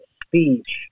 speech